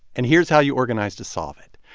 and here's how you organize to solve it.